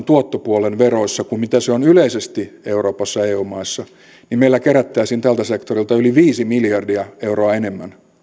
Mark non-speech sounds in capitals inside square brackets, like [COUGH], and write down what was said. [UNINTELLIGIBLE] tuottopuolen veroissa kuin mitä se on yleisesti euroopassa ja eu maissa niin meillä kerättäisiin tältä sektorilta yli viisi miljardia euroa enemmän